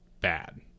bad